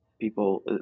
people